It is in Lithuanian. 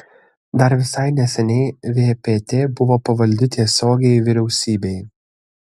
dar visai neseniai vpt buvo pavaldi tiesiogiai vyriausybei